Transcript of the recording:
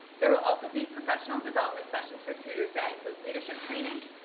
there will also be professional development sessions for tutors that include leadership training,